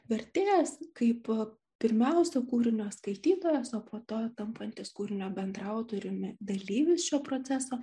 vertėjas kaip pirmiausia kūrinio skaitytojas o po to tampantis kūrinio bendraautoriumi dalyvis šio proceso